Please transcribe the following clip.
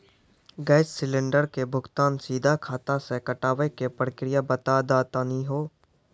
Gas cylinder के भुगतान सीधा खाता से कटावे के प्रक्रिया बता दा तनी हो?